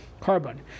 carbon